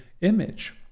image